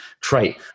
trait